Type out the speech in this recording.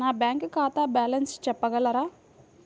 నా బ్యాంక్ ఖాతా బ్యాలెన్స్ చెప్పగలరా?